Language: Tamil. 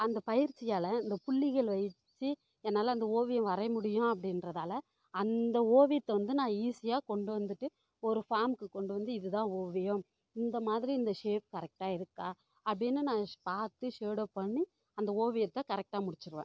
அந்த பயிற்சியால் இந்த புள்ளிகள் வைத்து என்னால் அந்த ஓவியம் வரைய முடியும் அப்படின்றதால அந்த ஓவியத்தை வந்து நான் ஈசியாக கொண்டு வந்துட்டு ஒரு ஃபார்முக்கு கொண்டு வந்து இது தான் ஓவியம் இந்த மாதிரி இந்த ஷேப் கரெக்டாக இருக்கா அப்படின்னு நான் பார்த்து ஷேடோ பண்ணி அந்த ஓவியத்தை கரெக்டாக முடிச்சுருவேன்